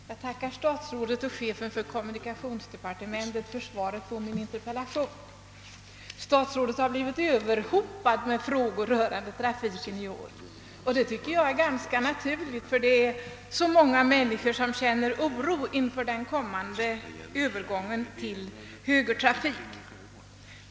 Herr talman! Jag tackar statsrådet och chefen för kommunikationsdepartementet för svaret på min interpellation. Statsrådet har i år blivit överhopad med frågor rörande trafiken, och det tycker jag är ganska naturligt eftersom så många människor känner oro inför den kommande övergången till högertrafik.